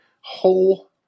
whole